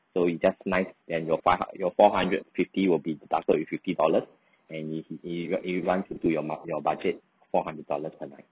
so it's just nice then your fi~ your four hundred fifty will be deducted with fifty dollars and if i~ i~ you want to your ma~ your budget four hundred dollar per night